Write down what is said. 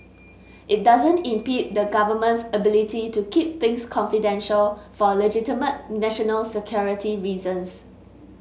it doesn't impede the Government's ability to keep things confidential for legitimate national security reasons